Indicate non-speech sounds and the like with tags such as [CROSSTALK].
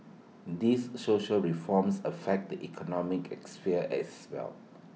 these social reforms affect the economic [UNINTELLIGIBLE] sphere as well